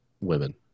women